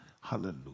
Hallelujah